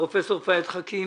פרופסור פהד חכים,